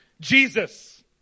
Jesus